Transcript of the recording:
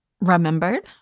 remembered